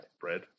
Bread